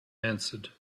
answered